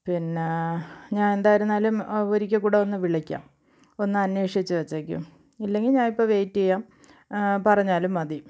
പിന്നെ ഞാൻ എന്തായിരുന്നാലും ഒരിക്കൽ കൂടെ ഒന്ന് വിളിക്കാം ഒന്ന് അന്വേഷിച്ചു വച്ചേക്കു ഇല്ലെങ്കിൽ ഞാനിപ്പോൾ വെയിറ്റ് ചെയ്യാം പറഞ്ഞാലും മതി